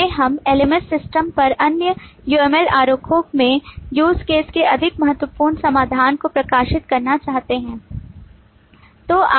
बाद में हम LMS सिस्टम पर अन्य UMLआरेखों में use case के अधिक संपूर्ण समाधान को प्रकाशित करना चाहते हैं